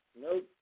Nope